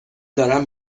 دارم